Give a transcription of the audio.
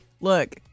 Look